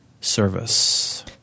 service